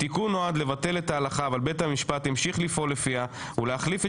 התיקון נועד לבטל את ההלכה אבל בית המשפט המשיך לפעול לפיה ולהחליף את